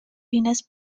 fines